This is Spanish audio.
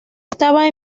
estaba